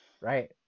Right